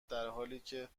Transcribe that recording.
درحالیکه